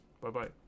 Bye-bye